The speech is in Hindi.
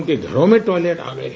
उनके घरों में टॉयलट आ गये